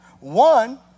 One